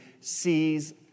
sees